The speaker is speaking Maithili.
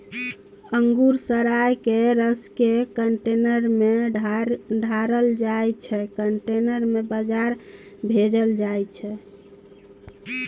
अंगुर सराए केँ रसकेँ कंटेनर मे ढारल जाइ छै कंटेनर केँ बजार भेजल जाइ छै